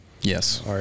Yes